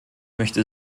möchte